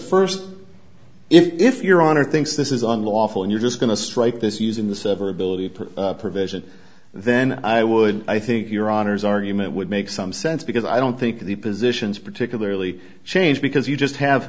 first if your honor thinks this is unlawful you're just going to strike this using the severability provision then i would i think your honour's argument would make some sense because i don't think the positions particularly change because you just have